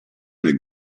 nel